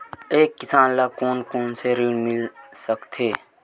एक किसान ल कोन कोन से ऋण मिल सकथे?